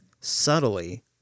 subtly